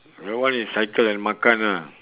that one is cycle and makan ah